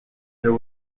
there